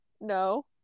no